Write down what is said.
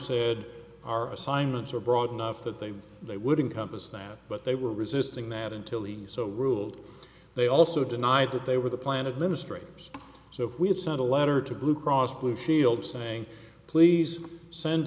said our assignments are broad enough that they they would in compass them but they were resisting that until he so ruled they also denied that they were the plan administrator so we have sent a letter to blue cross blue shield saying please send